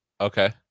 Okay